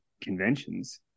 conventions